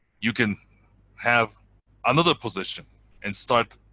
you can have another position and start